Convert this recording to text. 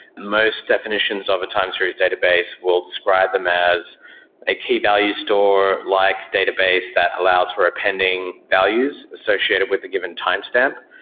most definitions of a time series database will describe them as a key-value store like database that allows for appending values associated with a given timestamp,